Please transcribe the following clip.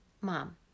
Mom